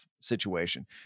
situation